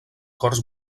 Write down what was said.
corts